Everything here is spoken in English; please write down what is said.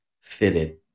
Fitted